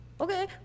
Okay